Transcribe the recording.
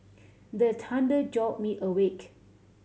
the thunder jolt me awake